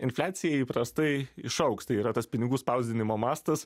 infliacija įprastai išaugs tai yra tas pinigų spausdinimo mastas